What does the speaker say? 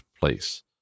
place